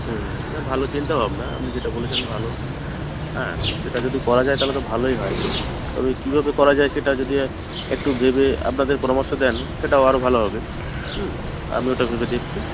হুম না ভালো চিন্তা ভাবনা আপনি যেটা বলেছেন ভালো হ্যাঁ সেটা যদি করা যায় তাহলে তো ভালোই হয় তবে কীভাবে করা যায় সেটা যদি একটু ভেবে আপনাদের পরামর্শ দেন সেটাও আরও ভালো হবে হুম আর আমি ওটা ভেবে দেখছি